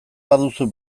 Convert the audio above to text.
baduzu